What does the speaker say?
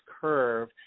curve